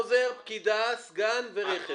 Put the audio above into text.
עוזר, פקידה, סגן ורכב.